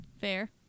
Fair